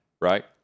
right